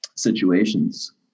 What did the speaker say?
situations